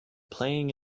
playing